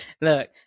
Look